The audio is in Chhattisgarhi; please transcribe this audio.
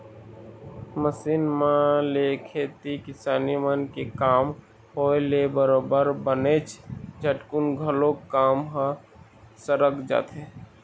मसीन मन ले खेती किसानी मन के काम होय ले बरोबर बनेच झटकुन घलोक काम ह सरक जाथे